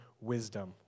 wisdom